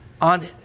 on